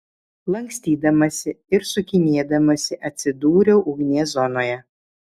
lankstydamasi ir sukinėdamasi atsidūriau ugnies zonoje